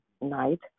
night